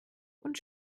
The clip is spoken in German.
und